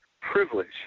Privilege